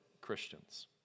Christians